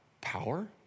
power